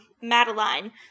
madeline